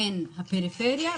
בין הפריפריה,